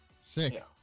sick